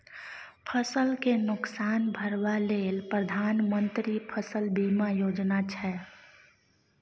फसल केँ नोकसान भरबा लेल प्रधानमंत्री फसल बीमा योजना छै